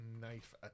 knife